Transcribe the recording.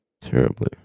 terribly